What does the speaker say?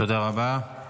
תודה רבה.